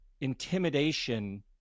intimidation